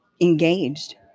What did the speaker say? engaged